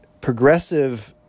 progressive